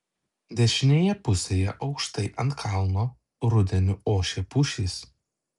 dešinėje pusėje aukštai ant kalno rudeniu ošė pušys